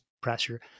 pressure